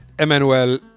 Emmanuel